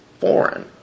foreign